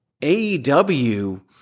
AEW